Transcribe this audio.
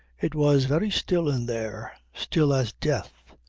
it was very still in there still as death.